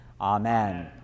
Amen